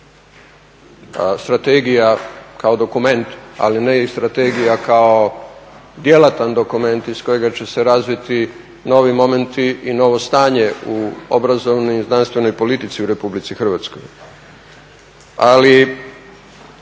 strategija kao dokument, ali ne i strategija kao djelatan dokument iz kojega će se razviti novi momenti i novo stanje u obrazovnoj i znanstvenoj politici u Republici Hrvatskoj. Ali